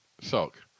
sock